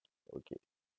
okay